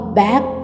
back